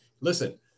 listen